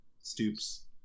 stoops